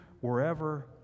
wherever